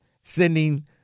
sending